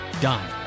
done